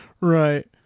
Right